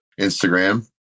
Instagram